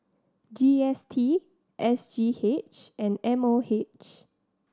G S T S G H and M O H